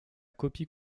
copie